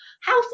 house